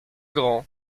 grand